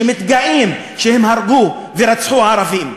שמתגאים שהם הרגו ורצחו ערבים.